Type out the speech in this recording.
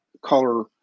color